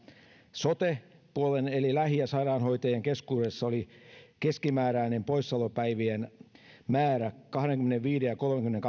sote puolen eli lähi ja sairaanhoitajien keskuudessa oli keskimääräinen poissaolopäivien määrä kahdenkymmenenviiden ja kolmenkymmenen